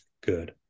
good